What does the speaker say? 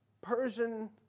Persian